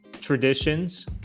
traditions